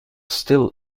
still